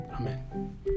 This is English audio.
Amen